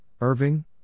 Irving